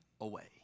away